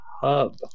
hub